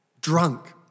drunk